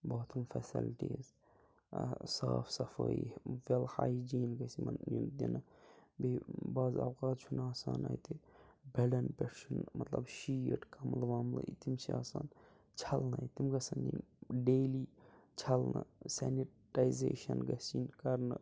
bathroom facilities ٲں صاف صَفٲیی ویٚل ہایجیٖن گَژھہِ یِمَن یُن دِنہٕ بیٚیہِ بعض اوقات چھُنہٕ آسان اَتہِ بیٚڈَن پٮ۪ٹھ چھُنہٕ مطلب شیٖٹ کَملہٕ وَملہٕ تِم چھِ آسان چھَلنٔے تِم گَژھیٚن یِنۍ ڈیلی چھَلنہٕ سیٚنِٹایزیشَن گَژھہِ یِنۍ کَرنہٕ